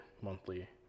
monthly